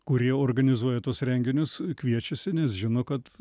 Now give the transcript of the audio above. kurie organizuoja tuos renginius kviečiasi nes žino kad